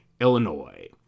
Illinois